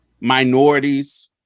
minorities